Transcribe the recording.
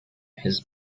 his